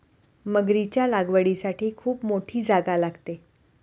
मगरीच्या लागवडीसाठी खूप मोठी जागा लागते